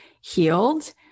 healed